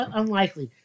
unlikely